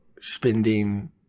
spending